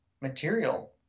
material